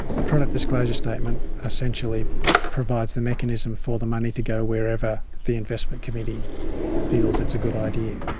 the product disclosure statement essentially provides the mechanism for the money to go wherever the investment committee feels it's a good idea.